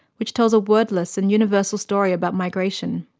which tells a wordless and universal story about migration.